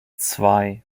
zwei